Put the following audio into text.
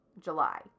July